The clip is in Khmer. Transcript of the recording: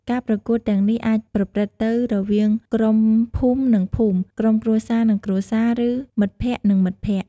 ការប្រកួតទាំងនេះអាចប្រព្រឹត្តទៅរវាងក្រុមភូមិនិងភូមិ ក្រុមគ្រួសារនិងគ្រួសារ ឬមិត្តភក្តិនិងមិត្តភក្តិ។